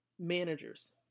Managers